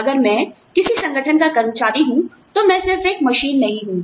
अगर मैं किसी संगठन का कर्मचारी हूँ तो मैं सिर्फ एक मशीन नहीं हूँ